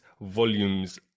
volumes